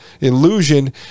illusion